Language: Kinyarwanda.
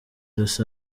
los